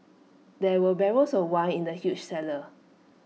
there were barrels of wine in the huge cellar